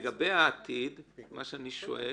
לגבי העתיד, מה שאני שואל